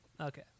Okay